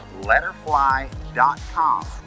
letterfly.com